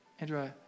Andrew